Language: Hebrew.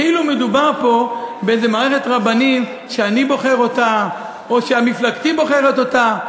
כאילו מדובר פה במערכת רבנים שאני בוחר אותה או שמפלגתי בוחרת אותה.